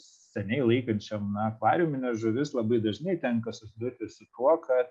seniai laikančiam na akvariumines žuvis labai dažnai tenka susidurti su tuo kad